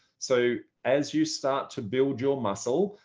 so as you start to build your muscle,